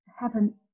happen